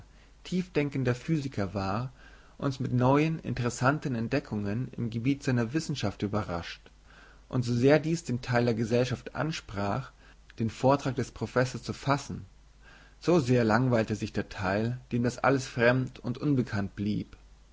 tiefdenkender physiker war uns mit neuen interessanten entdeckungen im gebiet seiner wissenschaft überrascht und so sehr dies den teil der gesellschaft ansprach der wissenschaftlich genug war den vortrag des professors zu fassen so sehr langweilte sich der teil dem das alles fremd und unbekannt blieb